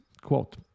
Quote